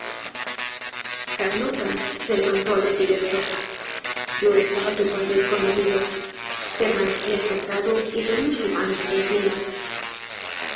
carlota se levantó al decir esto yo estaba turbado y conmovido permanecía sentado y tenia su mano entre las mías